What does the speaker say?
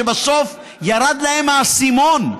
שבסוף ירד להם האסימון,